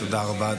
תודה רבה.